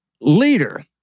Leader